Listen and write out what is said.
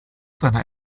seiner